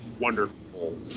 wonderful